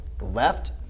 left